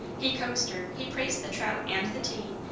he coaxed her, he praised the trout, and the tea,